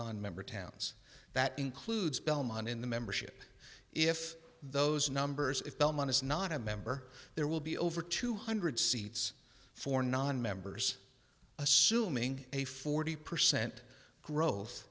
non member towns that includes belmont in the membership if those numbers if belmont is not a member there will be over two hundred seats for nonmembers assuming a forty percent growth